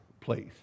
place